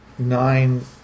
nine